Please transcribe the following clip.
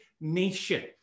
nation